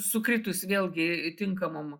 sukritus vėlgi tinkamom